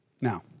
Now